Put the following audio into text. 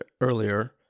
earlier